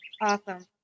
Awesome